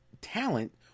talent